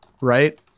right